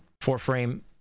four-frame